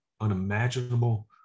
unimaginable